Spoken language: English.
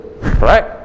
Right